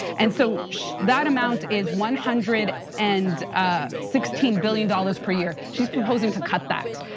and so that amount is one hundred and sixteen billion dollars per year, she's proposing to cut that.